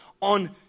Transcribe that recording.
on